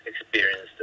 experienced